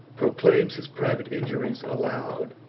proclaims his private injuries aloud,